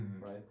right